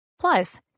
Plus